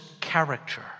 character